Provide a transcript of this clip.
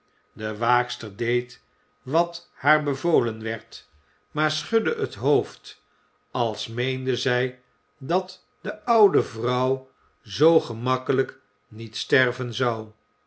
de waakster deed wat haar bevolen werd maar schudde het hoofd als meende zij dat de oude vrouw zoo gemakkelijk niet sterven zou